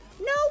No